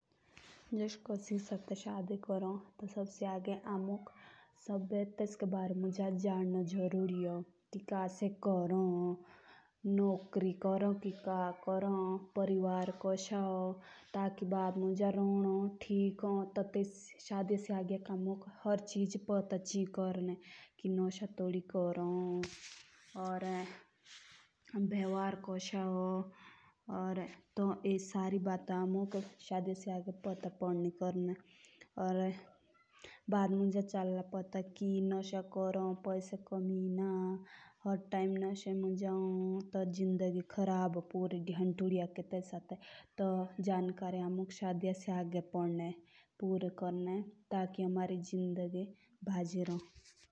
जूस कोसी के साथ शादी करो तो सबसे आगे सब जानना जरूरी है। जुस का से कोरोन कोसा परिवार होन या कोसा एस्का सबाओ होन। जूस किच नोसा नुसा जो कोरना शादी से एज किच नू होला पोता या बैड मुंज चोला पोटा की नोसेदी हो।